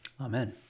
Amen